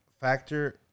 factor